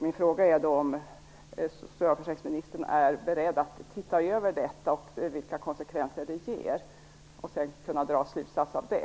Min fråga är om socialförsäkringsministern är beredd att titta närmare på konsekvenserna av detta och att sedan dra slutsatser av det.